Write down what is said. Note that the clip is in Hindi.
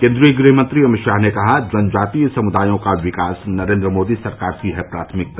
केन्द्रीय गृहमंत्री अमित शाह ने कहा जनजातीय समुदायों का विकास नरेन्द्र मोदी सरकार की है प्राथमिकता